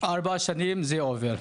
ארבע שנים זה עובר.